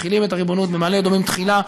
מחילים את הריבונות במעלה-אדומים תחילה,